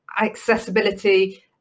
accessibility